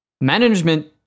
Management